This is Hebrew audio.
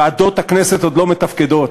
וועדות הכנסת עוד לא מתפקדות.